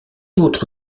autre